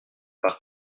par